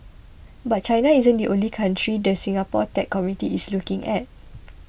but China isn't the only country the Singapore tech community is looking at